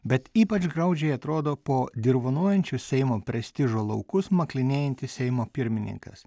bet ypač graudžiai atrodo po dirvonuojančius seimo prestižo laukus maklinėjantis seimo pirmininkas